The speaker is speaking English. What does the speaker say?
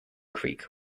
creek